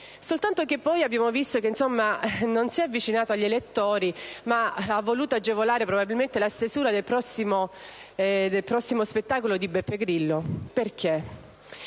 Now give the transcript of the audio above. Però, dopo abbiamo visto che non si è avvicinato agli elettori, ma ha voluto agevolare probabilmente la stesura del prossimo spettacolo di Beppe Grillo. Spiego